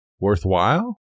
worthwhile